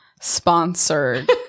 sponsored